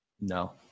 no